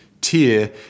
tier